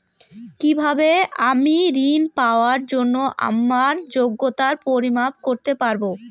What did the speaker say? কিভাবে আমি ঋন পাওয়ার জন্য আমার যোগ্যতার পরিমাপ করতে পারব?